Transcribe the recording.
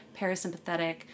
parasympathetic